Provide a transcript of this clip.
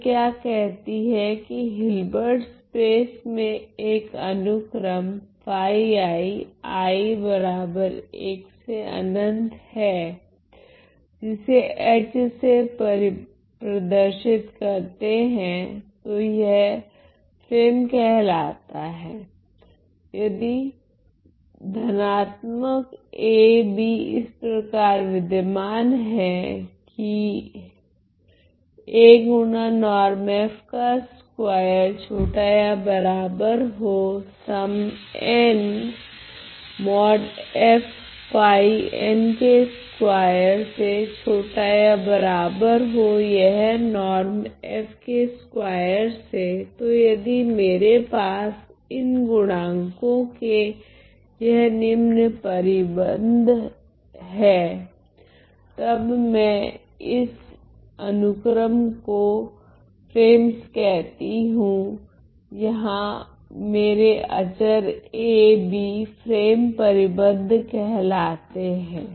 यह क्या कहती है कि हिलबेर्ट स्पेस में एक अनुक्रम है जिसे H से प्रदर्शित करते है तो यह फ्रेम कहलाता है यदि धनात्मक AB इस प्रकार विधमन है कि तो यदि मेरे पास इन गुणांकों के यह निम्न परिबंध हैं तब मैं इस अनुक्रम को फ्रेमस कहती हूँ जहां मेरे अचर A B फ्रेम परिबद्ध कहलाते हैं